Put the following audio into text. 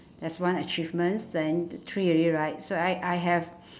that's one achievements then the three already right so I I have